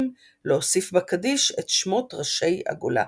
להוסיף בקדיש את שמות ראשי הגולה.